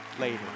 later